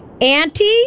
Auntie